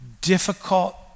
Difficult